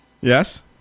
Yes